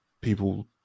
people